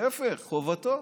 להפך, חובתו.